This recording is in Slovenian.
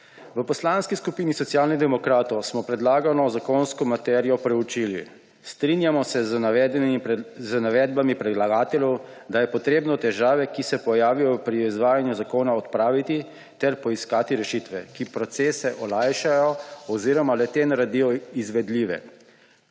V Poslanski skupini Socialnih demokratov smo predlagano zakonsko materijo preučili. Strinjamo se z navedbami predlagateljev, da je treba težave, ki se pojavljajo pri izvajanju zakona, odpraviti ter poiskati rešitve, ki procese olajšajo oziroma le-te naredijo izvedljive.